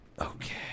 Okay